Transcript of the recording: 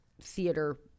theater